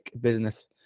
business